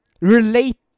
relate